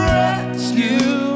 rescue